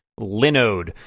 Linode